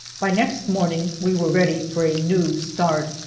by next morning we were ready for a new start.